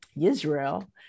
Israel